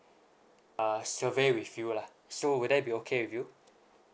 uh survey with you lah so would that be okay with you